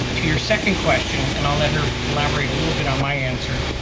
to your second question, and i'll let her elaborate a little bit on my answer,